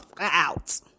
out